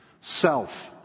self